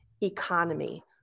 economy